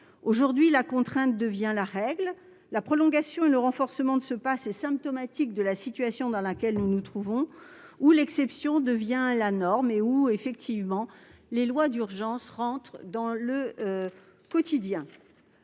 Aujourd'hui, la contrainte devient la règle. La prolongation et le renforcement du passe sanitaire sont symptomatiques de la situation dans laquelle nous nous trouvons, où l'exception devient la norme et où, effectivement, les lois d'urgence entrent dans le quotidien